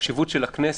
החשיבות של הכנסת,